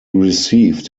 received